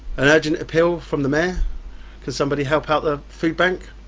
an urgent appeal from the mayor can somebody help out the food bank?